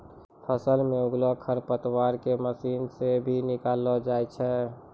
फसल मे उगलो खरपतवार के मशीन से भी निकालो जाय छै